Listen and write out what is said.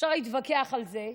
אפשר להתווכח על זה,